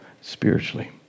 spiritually